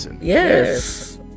yes